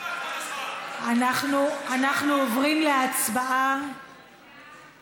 אנחנו עוברים להצבעה